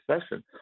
session